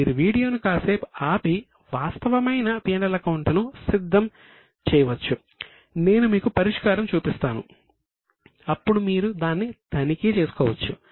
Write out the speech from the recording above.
మీరు వీడియోను కాసేపు ఆపి వాస్తవమైన P L అకౌంట్ ను సిద్ధం చేయవచ్చు నేను మీకు పరిష్కారం చూపిస్తాను అప్పుడు మీరు దాన్ని తనిఖీ చేసుకోవచ్చు